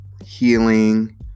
healing